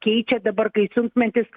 keičia dabar kai sunkmetis